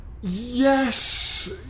Yes